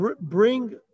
bring